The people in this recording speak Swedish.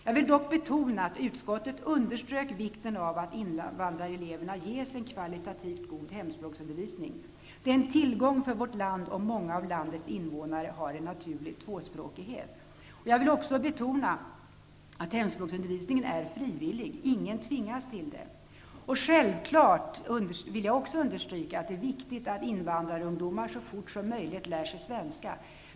Jag vill dock betona att utskottet underströk vikten av att invandrareleverna ges en kvalitativt god hemspråksundervisning. Det är en tillgång för vårt land, om många av landets invånare har en naturlig tvåspråkighet. Jag vill också betona att hemspråksundervisningen är frivillig. Ingen tvingas till den. Självklart vill jag understryka att det är viktigt att invandrarungdomar så fort som möjligt lär sig svenska.